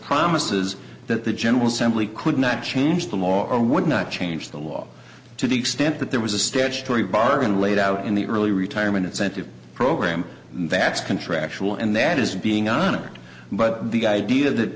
promises that the general assembly could not change them or would not change the law to the extent that there was a statutory bargain laid out in the early retirement incentive program that's contractual and that is being honored but the idea that